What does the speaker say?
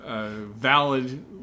Valid